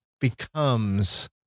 becomes